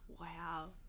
Wow